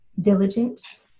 diligence